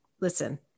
listen